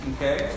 Okay